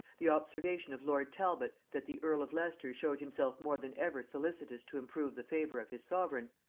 the observation of lord talbot, that the earl of leicester showed himself more than ever solicitous to improve the favor of his sovereign,